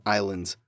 Islands